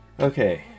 Okay